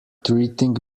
treating